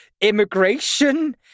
immigration